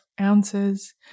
ounces